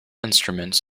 instruments